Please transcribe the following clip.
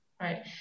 right